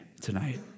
tonight